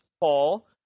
Paul